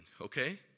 okay